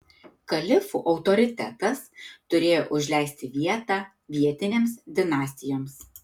kalifų autoritetas turėjo užleisti vietą vietinėms dinastijoms